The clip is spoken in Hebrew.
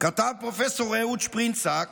כתב פרופ' אהוד שפרינצק